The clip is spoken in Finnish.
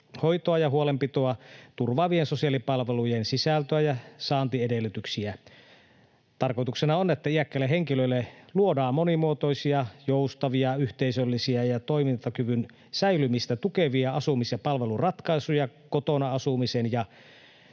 hoitoa ja huolenpitoa turvaavien sosiaalipalvelujen sisältöä ja saantiedellytyksiä. Tarkoituksena on, että iäkkäille henkilöille luodaan monimuotoisia, joustavia, yhteisöllisiä ja toimintakyvyn säilymistä tukevia asumis- ja palveluratkaisuja kotona asumisen ja